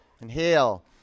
Inhale